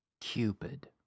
Cupid